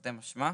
תרתי משמע,